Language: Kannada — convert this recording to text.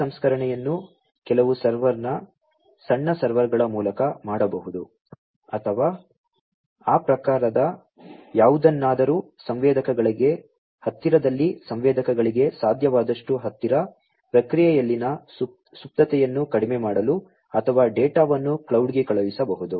ಈ ಸಂಸ್ಕರಣೆಯನ್ನು ಕೆಲವು ಸರ್ವರ್ನ ಸಣ್ಣ ಸರ್ವರ್ಗಳ ಮೂಲಕ ಮಾಡಬಹುದು ಅಥವಾ ಆ ಪ್ರಕಾರದ ಯಾವುದನ್ನಾದರೂ ಸಂವೇದಕಗಳಿಗೆ ಹತ್ತಿರದಲ್ಲಿ ಸಂವೇದಕಗಳಿಗೆ ಸಾಧ್ಯವಾದಷ್ಟು ಹತ್ತಿರ ಪ್ರಕ್ರಿಯೆಯಲ್ಲಿನ ಸುಪ್ತತೆಯನ್ನು ಕಡಿಮೆ ಮಾಡಲು ಅಥವಾ ಡೇಟಾವನ್ನು ಕ್ಲೌಡ್ಗೆ ಕಳುಹಿಸಬಹುದು